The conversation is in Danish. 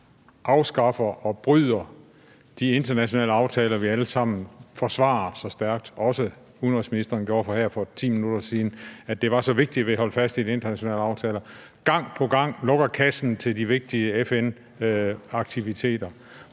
afskaffer og bryder de internationale aftaler, vi alle sammen forsvarer så stærkt – det gjorde udenrigsministeren også her for 10 minutter siden, altså sagde, at det var så vigtigt, at vi holdt fast i de internationale aftaler – og gang på gang lukker kassen til de vigtige FN-aktiviteter.